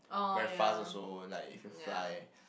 very fun also when like if you fly